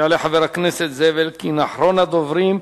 יעלה חבר הכנסת זאב אלקין, אחרון הדוברים.